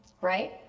right